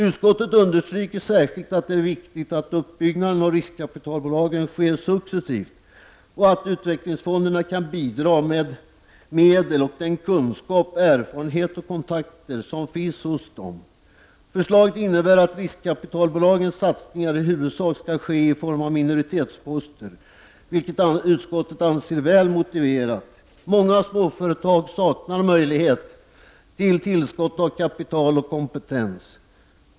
Utskottet understryker särskilt att det är viktigt att uppbyggnaden av riskkapitalbolagen sker successivt och att utvecklingsfonderna kan bidra med medel och den kunskap, den erfarenhet och de kontakter som finns hos dem. Förslaget innebär att riskkapitalbolagens satsningar i huvudsak skall ske i form av minoritetsposter, vilket utskottet anser väl motiverat. Många småföretag saknar möjligheter till tillskott av kapital och kompetens.